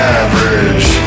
average